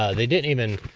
ah they didn't even